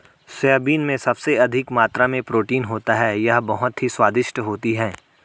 soybean में सबसे अधिक मात्रा में प्रोटीन होता है यह बहुत ही स्वादिष्ट होती हैं